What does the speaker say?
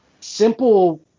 Simple